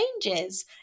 changes